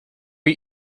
eat